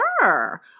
sure